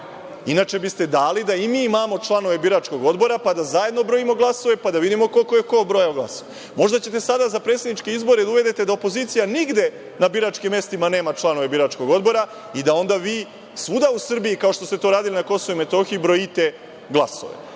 inače biste dali da i mi imamo članove biračkog odbora, pa da zajedno brojimo glasove, pa da vidimo koliko je ko prebrojao glasova. Možda ćete sada za predsedničke izbore da uvedete da opozicija nigde na biračkim mestima nema članove biračkog odbora, i da onda vi svuda u Srbiji, kao što ste to radili na Kosovu i Metohiji brojite glasove.